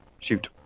Shoot